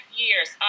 years